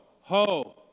Ho